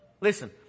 listen